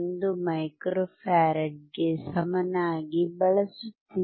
1 micro farad ಗೆ ಸಮನಾಗಿ ಬಳಸುತ್ತಿದ್ದೇನೆ